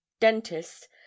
dentist